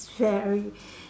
sharing